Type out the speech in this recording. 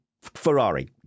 Ferrari